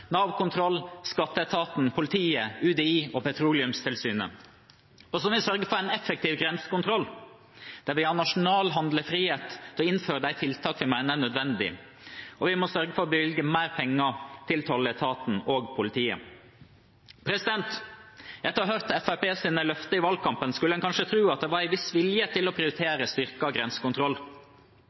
Nav Kontroll, skatteetaten, politiet, UDI og Petroleumstilsynet. Så må vi sørge for en effektiv grensekontroll, der vi har nasjonal handlefrihet til å innføre de tiltakene vi mener er nødvendige, og vi må sørge for å bevilge mer penger til tolletaten og politiet. Etter å ha hørt Fremskrittspartiets løfter i valgkampen skulle en kanskje tro det var en viss vilje til å prioritere styrket grensekontroll.